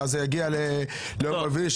ואז זה יגיע ליום רביעי,